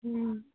ହୁଁ